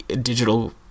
digital